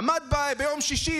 עמד ביום שישי,